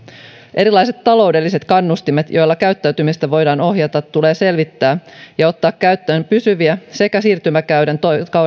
erilaiset taloudelliset kannustimet joilla käyttäytymistä voidaan ohjata tulee selvittää ja ottaa käyttöön pysyviä sekä siirtymäkauden